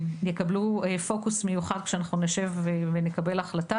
יקבלו פוקוס מיוחד כשאנחנו נשב ונקבל החלטה.